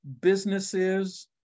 businesses